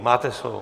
Máte slovo.